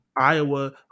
Iowa